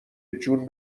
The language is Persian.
جون